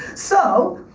so,